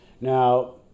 now